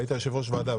והיית יושב-ראש ועדה,